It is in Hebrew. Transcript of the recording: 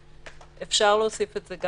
אפשר להוסיף את זה,